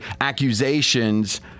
accusations